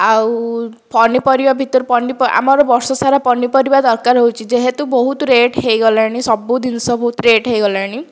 ଆଉ ପନିପରିବା ଭିତରୁ ପନିପର ଆମର ବର୍ଷ ସାରା ପନିପରିବା ଦରକାର ହେଉଛି ଯେହେତୁ ବହୁତ ରେଟ୍ ହୋଇଗଲାଣି ସବୁ ଜିନିଷ ବହୁତ ରେଟ୍ ହୋଇଗଲାଣି